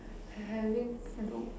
I having flu